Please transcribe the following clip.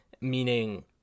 meaning